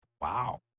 wow